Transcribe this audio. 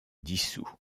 dissout